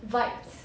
vibes